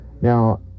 Now